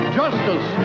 justice